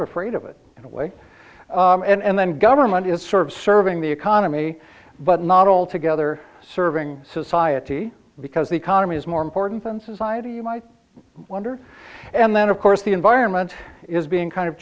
of afraid of it in a way and then government is sort of serving the economy but not altogether serving society because the economy is more important than society you might wonder and then of course the environment is being kind of